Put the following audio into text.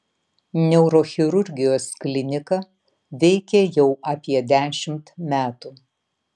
neurochirurgijos klinika veikia jau apie dešimt metų